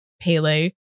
Pele